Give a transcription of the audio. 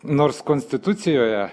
nors konstitucijoje